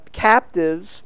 captives